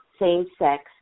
same-sex